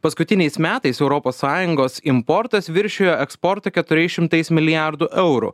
paskutiniais metais europos sąjungos importas viršijo eksportą keturiais šimtais milijardų eurų